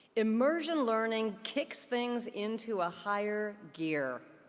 immersion learning kicks things into a higher gear.